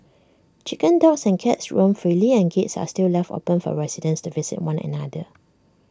chickens dogs and cats roam freely and gates are still left open for residents to visit one another